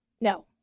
No